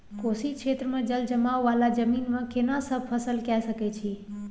कोशी क्षेत्र मे जलजमाव वाला जमीन मे केना सब फसल के सकय छी?